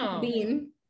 Bean